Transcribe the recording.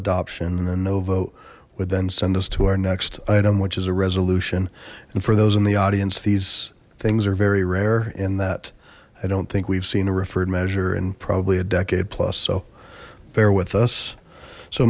would then send us to our next item which is a resolution and for those in the audience these things are very rare in that i don't think we've seen a referred measure and probably a decade plus so bear with us so